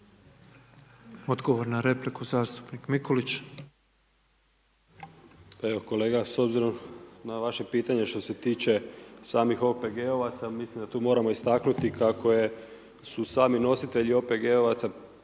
Odgovor na repliku, zastupnik Mikulić.